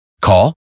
Call